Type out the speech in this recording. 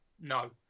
no